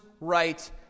right